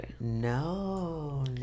no